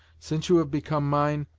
since you have become mine,